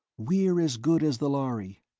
we're as good as the lhari,